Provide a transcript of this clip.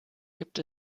gibt